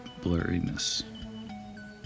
blurriness